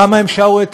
כמה הם שערורייתיים?